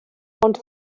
ond